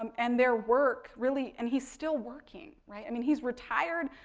um and, their work, really, and he's still working, right, i mean he's retired,